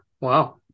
Wow